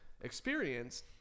experience